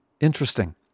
Interesting